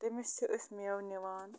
تٔمِس چھِ أسۍ میوٕ نِوان